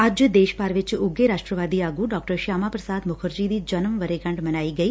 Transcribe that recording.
ਅੱਜ ਦੇਸ਼ ਭਰ ਵਿਚ ਉੱਘੇ ਰਾਸ਼ਟਰਵਾਦੀ ਆਗੂ ਡਾ ਸ਼ਿਆਮਾ ਪ੍ਰਸਾਦ ਮੁਖਰਜੀ ਦੀ ਜਨਮ ਵਰ੍੍ਹੇਗੰਢ ਮਨਾਈ ਗਈ